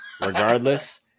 Regardless